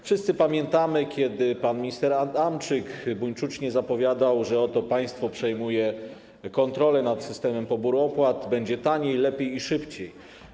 Wszyscy pamiętamy, kiedy pan minister Adamczyk buńczucznie zapowiadał, że oto państwo przejmuje kontrolę nad systemem poboru opłat, będzie taniej, lepiej i szybciej.